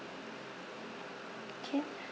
can